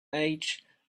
age